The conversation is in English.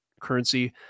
currency